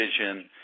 vision